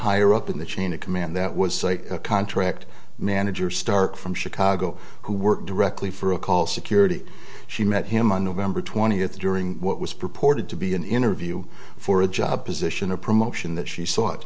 higher up in the chain of command that was a contract manager start from chicago who worked directly for a call security she met him on november twentieth during what was purported to be an interview for a job position a promotion that she s